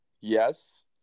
yes